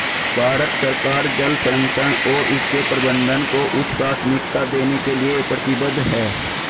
भारत सरकार जल संरक्षण और उसके प्रबंधन को उच्च प्राथमिकता देने के लिए प्रतिबद्ध है